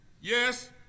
Yes